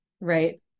Right